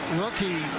rookie